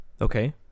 Okay